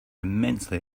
immensely